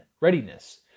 readiness